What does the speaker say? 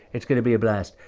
it's going to be a blast.